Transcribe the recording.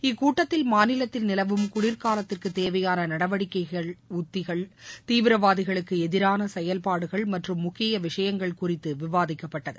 இக்கூட்டத்தில் மாநிலத்தில் நிலவும் குளிர்காலத்திற்கு தேவையான நடவடிக்கை உத்திகள் தீவிரவாதிகளுக்கு எதிரான செயல்பாடுகள் மற்றும் முக்கிய விஷயங்கள் குறித்து விவாதிக்கப்பட்டது